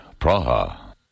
Praha